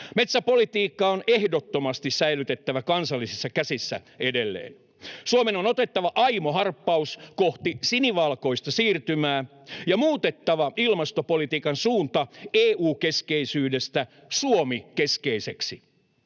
Metsäpolitiikka on ehdottomasti säilytettävä kansallisissa käsissä edelleen. Suomen on otettava aimo harppaus kohti sinivalkoista siirtymää ja muutettava ilmastopolitiikan suunta EU-keskeisyydestä Suomi-keskeiseksi.